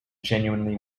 genuinely